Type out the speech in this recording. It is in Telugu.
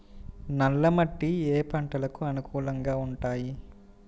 నల్ల మట్టి ఏ ఏ పంటలకు అనుకూలంగా ఉంటాయి?